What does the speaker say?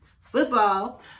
football